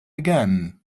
again